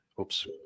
Oops